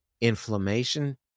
inflammation